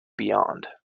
beyond